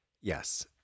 Yes